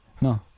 No